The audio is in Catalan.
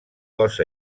cos